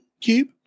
cube